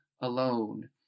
alone